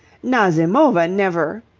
nazimova never.